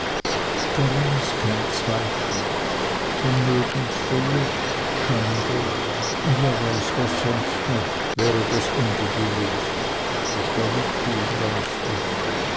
daran ist kein zweifel vermögensverlust schande und wer weiß was sonst noch wäre das ende gewesen mr wickfield weiß es